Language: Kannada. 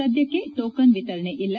ಸದ್ಯಕ್ಕೆ ಟೋಕನ್ ವಿತರಣೆ ಇಲ್ಲ